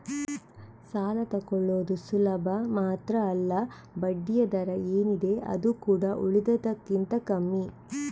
ಸಾಲ ತಕ್ಕೊಳ್ಳುದು ಸುಲಭ ಮಾತ್ರ ಅಲ್ಲ ಬಡ್ಡಿಯ ದರ ಏನಿದೆ ಅದು ಕೂಡಾ ಉಳಿದದಕ್ಕಿಂತ ಕಮ್ಮಿ